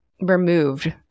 removed